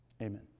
Amen